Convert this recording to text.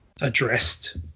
addressed